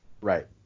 Right